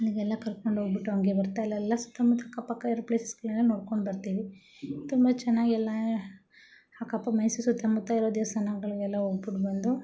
ಅಲ್ಲಿಗೆಲ್ಲ ಕರ್ಕೊಂಡು ಹೋಗ್ಬಿಟ್ಟು ಹಂಗೆ ಬರ್ತಾ ಅಲ್ಲೆಲ್ಲ ಸುತ್ತ ಮುತ್ತ ಅಕ್ಕಪಕ್ಕ ಇರೋ ಪ್ಲೇಸಸ್ಗಳೆಲ್ಲ ನೋಡ್ಕೊಂಡು ಬರ್ತೀವಿ ತುಂಬ ಚೆನ್ನಾಗಿ ಎಲ್ಲ ಅಕ್ಕ ಮೈಸೂರು ಸುತ್ತ ಮುತ್ತ ಇರೋ ದೇವಸ್ಥಾನಗಳು ಎಲ್ಲ ಹೋಗ್ಬಿಟ್ಟು ಬಂದು